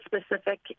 specific